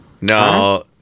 No